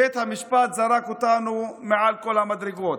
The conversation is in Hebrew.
בית המשפט זרק אותנו מכל המדרגות.